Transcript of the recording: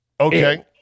Okay